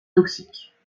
toxiques